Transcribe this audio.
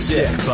Sick